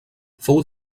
fou